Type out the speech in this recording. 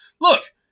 look